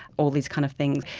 all these kind of things.